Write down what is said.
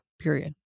period